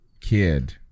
kid